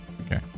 Okay